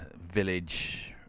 village